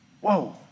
whoa